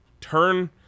turn